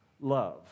love